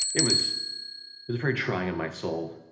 it was was very trying on my soul,